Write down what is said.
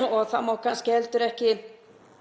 Nóg er kannski til af